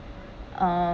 uh